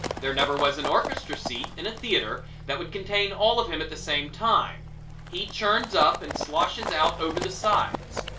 there never was an orchestra seat in a theater that would contain all of him at the same time he churns up and sloshes out over the sides.